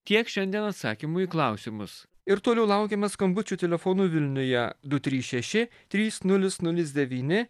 tiek šiandien atsakymų į klausimus ir toliau laukiame skambučių telefonu vilniuje du trys šeši trys nulis nulis devyni